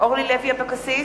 אורלי לוי אבקסיס,